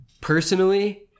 personally